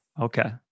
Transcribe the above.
Okay